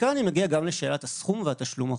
מכאן אני מגיע גם לשאלת הסכום והתשלום החודשי.